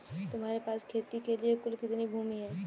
तुम्हारे पास खेती के लिए कुल कितनी भूमि है?